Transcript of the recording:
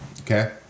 Okay